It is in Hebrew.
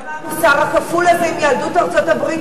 אז למה המוסר הכפול הזה עם יהדות ארצות-הברית,